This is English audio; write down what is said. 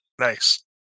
Nice